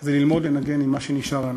זה ללמוד לנגן עם מה שנשאר לנו.